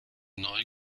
neu